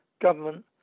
government